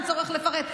אין צורך לפרט,